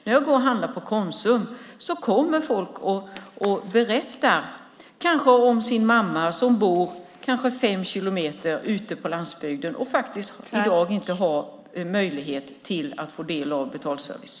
När jag handlar på Konsum kommer människor och berättar om sin mamma som kanske bor fem kilometer ute på landsbygden och som i dag inte har möjlighet att få del av betalservice.